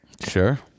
Sure